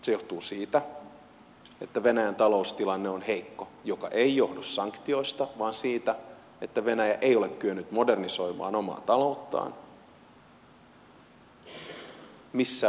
se johtuu siitä että venäjän taloustilanne on heikko mikä ei johdu sanktioista vaan siitä että venäjä ei ole kyennyt modernisoimaan omaa talouttaan missään muodossa